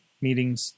meetings